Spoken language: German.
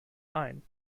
ein